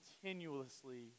continuously